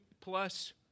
plus